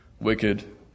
wicked